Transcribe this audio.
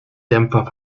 dämpfer